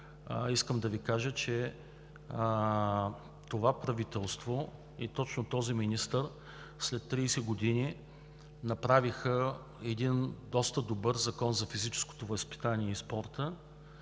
искам да Ви кажа, че това правителство и точно този министър след 30 години направиха един доста добър Закон за физическото възпитание и спорта